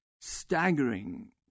staggering